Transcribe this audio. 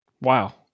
Wow